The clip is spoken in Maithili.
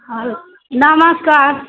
हेलो नमस्कार